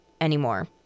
anymore